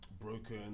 broken